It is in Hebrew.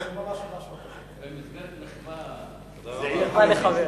במסגרת מחווה לחבר.